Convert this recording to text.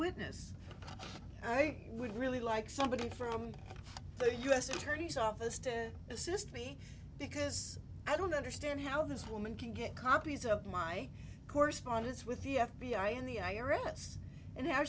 witness and i would really like somebody from the u s attorney's office to assist me because i don't understand how this woman can get copies of my correspondence with the f b i and the i r s and now